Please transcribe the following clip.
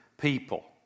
people